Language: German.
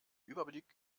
überblick